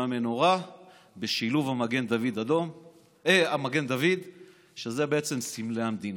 המנורה בשילוב מגן דוד, שאלה סמלי המדינה,